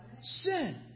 Sin